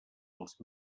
els